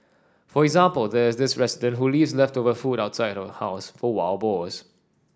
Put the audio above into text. for example there is this resident who leaves leftover food outside her house for wild boars